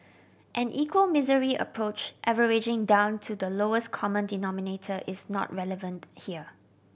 an equal misery approach averaging down to the lowest common denominator is not relevant here